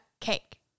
cake